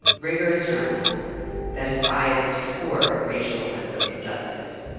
rigorous journalism that is biased toward racial and social justice.